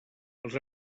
els